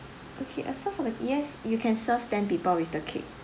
okay uh so for the yes you can serve ten people with the cake